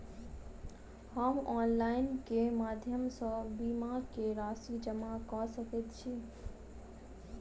हम ऑनलाइन केँ माध्यम सँ बीमा केँ राशि जमा कऽ सकैत छी?